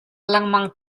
lengmang